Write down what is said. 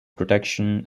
protection